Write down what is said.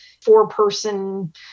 four-person